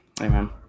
amen